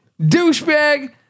douchebag